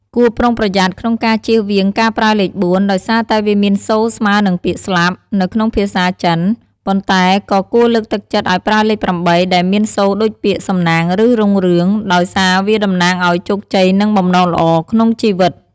គួរប្រុងប្រយ័ត្នក្នុងការជៀសវាងការប្រើលេខ ៤ ដោយសារតែវាមានសូរស្មើនឹងពាក្យ "ស្លាប់" នៅក្នុងភាសាចិន ប៉ុន្តែក៏គួរលើកទឹកចិត្តឲ្យប្រើលេខ ៨ ដែលមានសូរដូចពាក្យ "សំណាង" ឬ "រុងរឿង" ដោយសារវាតំណាងឲ្យជោគជ័យ និងបំណងល្អក្នុងជីវិត។